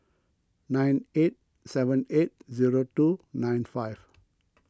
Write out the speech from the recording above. nine eight seven eight zero two nine five